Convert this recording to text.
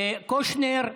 קושניר.